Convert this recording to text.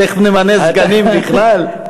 תכף נמנה סגנים, בכלל.